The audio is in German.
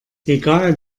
egal